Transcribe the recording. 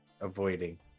avoiding